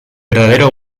verdadero